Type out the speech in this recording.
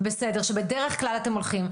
שבדרך כלל אתם הולכים.